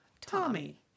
Tommy